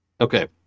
Okay